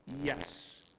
yes